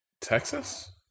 Texas